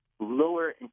lower